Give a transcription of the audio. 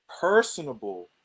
personable